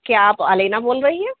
کیا آپ الینا بول رہی ہیں